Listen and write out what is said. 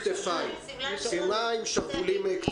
היא הגיעה עם שמלה ללא שרוולים.